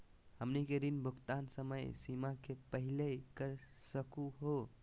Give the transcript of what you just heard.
हमनी के ऋण भुगतान समय सीमा के पहलही कर सकू हो?